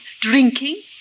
drinking